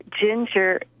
ginger